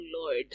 lord